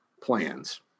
plans